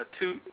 two